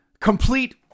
complete